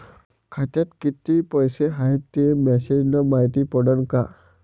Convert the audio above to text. खात्यात किती पैसा हाय ते मेसेज न मायती पडन का?